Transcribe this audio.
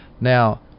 Now